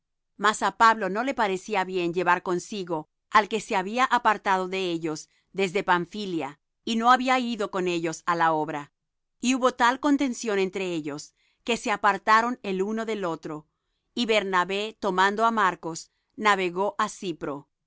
mas á pablo no le parecía bien llevar consigo al que se había apartado de ellos desde pamphylia y no había ido con ellos á la obra y hubo tal contención entre ellos que se apartaron el uno del otro y bernabé tomando á marcos navegó á cipro